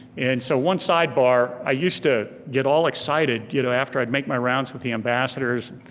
and so one sidebar, i used to get all excited you know after i'd make my rounds with the ambassadors.